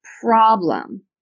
problem